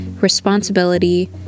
responsibility